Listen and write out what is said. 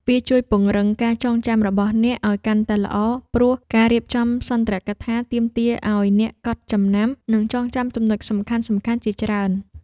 វាជួយពង្រឹងការចងចាំរបស់អ្នកឱ្យកាន់តែល្អ ព្រោះការរៀបចំសន្ទរកថាទាមទារឱ្យអ្នកកត់ចំណាំ និងចងចាំចំណុចសំខាន់ៗជាច្រើន។